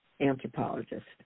anthropologist